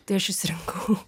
tai aš išsirinkau